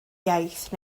iaith